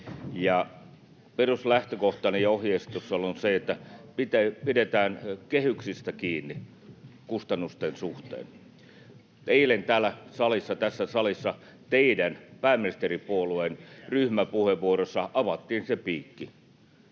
Peruslähtökohtainen ohjeistus on ollut se, että pidetään kehyksistä kiinni kustannusten suhteen. Eilen tässä salissa teidän, pääministeripuolueen, ryhmäpuheenvuorossanne avattiin se piikki.